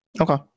Okay